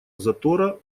затора